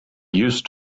used